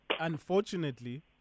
Unfortunately